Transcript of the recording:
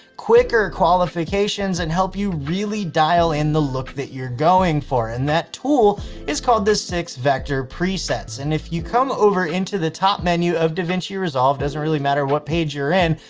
quicker qualifications and help you really dial in the look that you're going for. and that tool is called this six vector presets. and if you come over into the top menu of davinci resolve, doesn't really matter what page you're in,